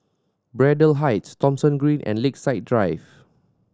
Braddell Heights Thomson Green and Lakeside Drive